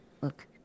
look